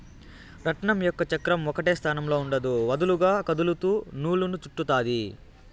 రాట్నం యొక్క చక్రం ఒకటే స్థానంలో ఉండదు, వదులుగా కదులుతూ నూలును చుట్టుతాది